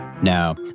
Now